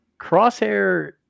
Crosshair